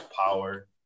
power